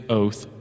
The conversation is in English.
oath